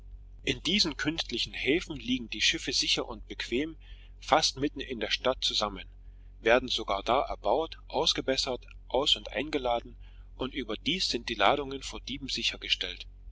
in diesen künstlichen häfen liegen die schiffe sicher und bequem fast mitten in der stadt zusammen werden sogar da erbaut ausgebessert aus und eingeladen und überdies sind die ladungen vor dieben sichergestellt